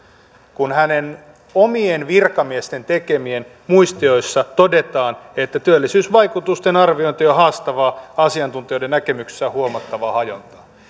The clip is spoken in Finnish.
kun hänen omien virkamiestensä tekemissä muistioissa todetaan että työllisyysvaikutusten arviointi on haastavaa ja asiantuntijoiden näkemyksissä on huomattavaa hajontaa